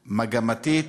מגמתית,